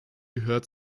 gehört